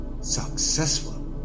successful